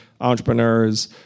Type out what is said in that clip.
entrepreneurs